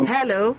Hello